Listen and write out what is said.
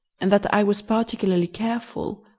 and that i was particularly careful.